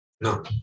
no